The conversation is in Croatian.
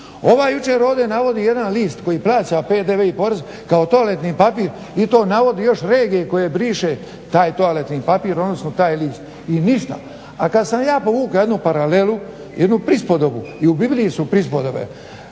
Ovaj ovdje jučer navodi jedan list kojim plaća PDV i porez kao toaletni papir i to navodi još regije koje briše taj toaletni papir odnosno taj list i ništa. A kad sam ja povuka jednu paralelu, jednu prispodobu i uvidili su prispodobe